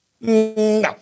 No